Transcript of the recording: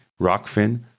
Rockfin